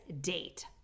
date